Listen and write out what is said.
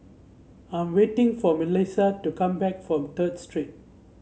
I am waiting for Melissa to come back from Third Street